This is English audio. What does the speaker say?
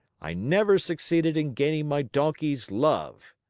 i never succeeded in gaining my donkey's love.